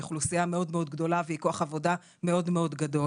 זאת אוכלוסייה מאוד גדולה והיא כוח עבודה מאוד גדול.